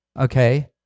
Okay